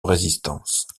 résistance